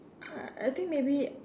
uh I think maybe